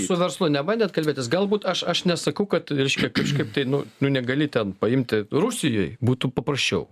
su verslu nebandėt kalbėtis galbūt aš aš nesakau kad reiškia kažkaip tai nu nu negali ten paimti rusijoj būtų paprasčiau